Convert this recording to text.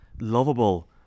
lovable